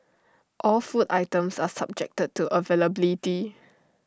all food items are subjected to availability